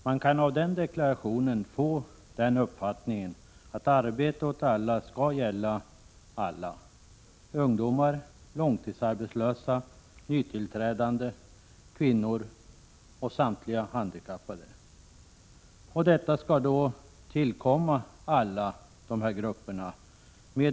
Man kan av den deklarationen få uppfattningen att orden ”arbete åt alla” också skall gälla alla — ungdomar, långtidsarbetslösa, nytillträdande på arbetsmarknaden, kvinnor och samtliga handikappade.